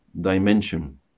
dimension